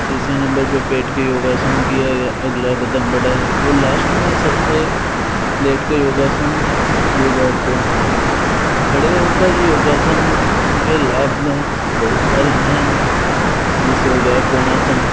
तीसरे नंबर पर पेट के योगासन की तरफ अगला कदम बढ़ाए और लास्ट में सबसे लेट के योगासन किए जाते हैं खड़े होकर योगासन के लाभ बहुत सारे है जैसे हो गया कोणासन